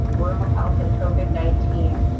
rural health and covid nineteen,